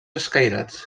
escairats